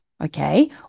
okay